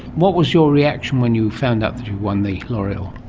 what was your reaction when you found out that you'd won the l'oreal?